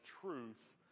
truth